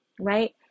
right